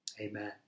Amen